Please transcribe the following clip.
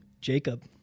Jacob